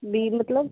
ਨਹੀਂ ਮਤਲਬ